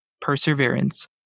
perseverance